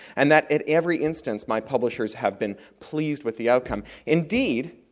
and that at every instance my publishers have been pleased with the outcome. indeed,